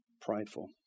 prideful